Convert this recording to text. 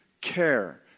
care